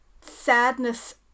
sadness